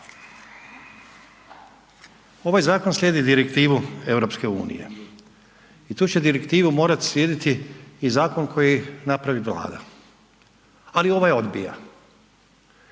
Ovaj zakon slijedi direktivu EU i tu će Direktivu morati slijediti i zakon koji napravi Vlada. Ali ovaj odbija.